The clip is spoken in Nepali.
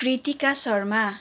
कृतिका शर्मा